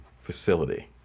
facility